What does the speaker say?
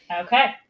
Okay